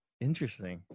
Interesting